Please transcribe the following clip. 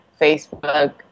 Facebook